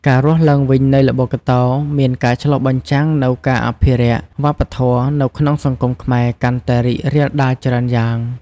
ការរស់ឡើងវិញនៃល្បុក្កតោមានការឆ្លុះបញ្ចាំងនូវការអភិរក្សវប្បធម៌នៅក្នុងសង្គមខ្មែរកាន់តែរីករាលដាលច្រើនយ៉ាង។